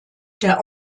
der